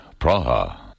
Praha